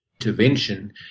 intervention